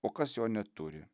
o kas jo neturi